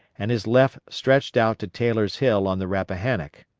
and his left stretched out to taylor's hill on the rappahannock.